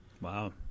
wow